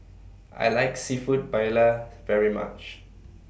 I like Seafood Paella very much